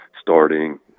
starting